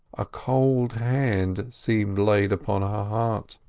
a cold hand seemed laid upon her heart.